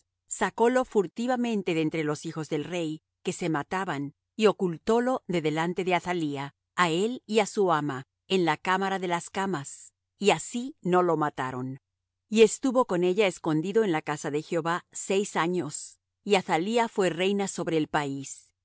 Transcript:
de ochzías sacólo furtivamente de entre los hijos del rey que se mataban y ocultólo de delante de athalía á él y á su ama en la cámara de las camas y así no lo mataron y estuvo con ella escondido en la casa de jehová seis años y athalía fué reina sobre el país